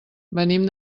venim